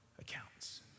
accounts